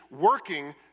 working